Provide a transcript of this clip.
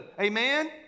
Amen